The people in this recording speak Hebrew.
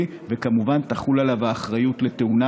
וכמובן תחול עליו האחריות לתאונה,